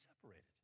separated